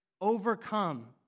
overcome